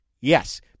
yes